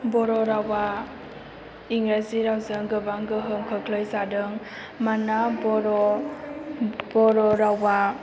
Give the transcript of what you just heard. बर' रावा इंराजि रावजों गोबां गोहोम खोख्लैजादों मानोना बर' रावा